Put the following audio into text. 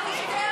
טלי,